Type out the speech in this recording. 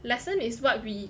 lesson is what we